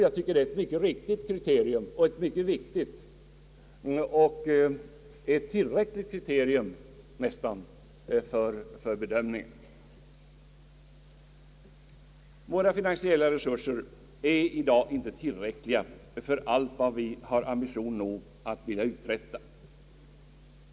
Jag tycker att det är ett riktigt och viktigt och nära nog tillräckligt kriterium vid den prövningen. Våra finansiella resurser är i dag inte tillräckliga för allt vad vi har ambition att uträtta.